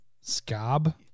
Scab